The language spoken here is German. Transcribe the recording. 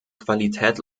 qualität